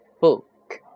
book